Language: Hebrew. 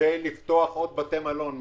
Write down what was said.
כדי לפתוח עוד בתי מלון.